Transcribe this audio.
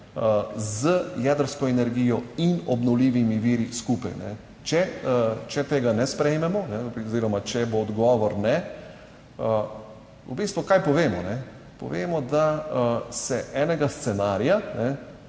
z jedrsko energijo in obnovljivimi viri skupaj. Če tega ne sprejmemo oziroma če bo odgovor ne v bistvu kaj povemo? Ne povemo, da se enega scenarija